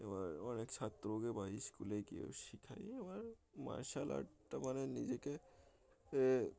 এবার অনেক ছাত্রকে বা স্কুলে গিয়েও শেখাই এবার মার্শাল আর্টটা মানে নিজেকে